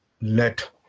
let